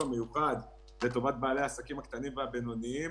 מיוחד לטובת בעלי העסקים הקטנים והבינוניים.